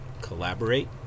collaborate